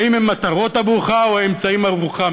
האם הם מטרות עבורך או אמצעים עבורך.